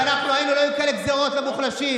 כשאנחנו היינו לא היו כאלה גזרות על המוחלשים.